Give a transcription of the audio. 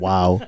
Wow